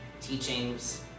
teachings